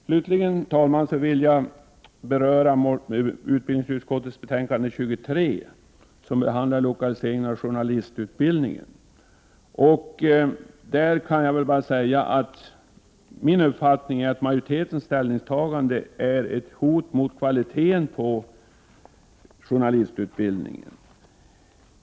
Slutligen, fru talman, vill jag beröra utbildningsutskottets betänkande 23, där lokaliseringen av journalistutbildningen behandlas. Majoritetens ställningstagande är ett hot mot kvaliteten på journalistutbildningen.